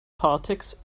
politics